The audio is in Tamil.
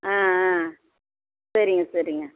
ஆ ஆ சரிங்க சரிங்க